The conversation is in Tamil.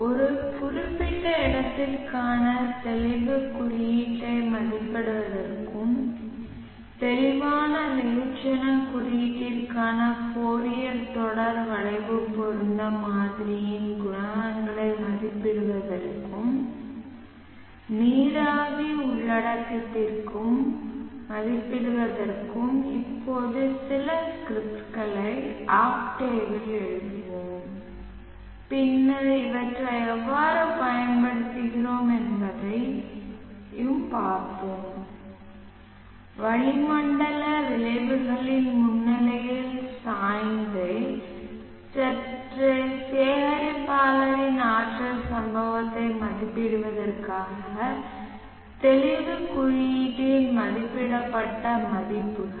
ஒரு குறிப்பிட்ட இடத்திற்கான தெளிவு குறியீட்டை மதிப்பிடுவதற்கும் தெளிவான வெகுஜன குறியீட்டிற்கான ஃபோரியர் தொடர் வளைவு பொருத்தம் மாதிரியின் குணகங்களை மதிப்பிடுவதற்கும் நீராவி உள்ளடக்கத்திற்கும் மதிப்பிடுவதற்கும் இப்போது சில ஸ்கிரிப்ட்களை ஆக்டேவில் எழுதுவோம் பின்னர் இவற்றை எவ்வாறு பயன்படுத்துகிறோம் என்பதையும் பார்ப்போம் வளிமண்டல வளிமண்டல விளைவுகளின் முன்னிலையில் சாய்ந்த சற்றே சேகரிப்பாளரின் ஆற்றல் சம்பவத்தை மதிப்பிடுவதற்காக தெளிவு குறியீட்டின் மதிப்பிடப்பட்ட மதிப்புகள்